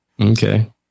okay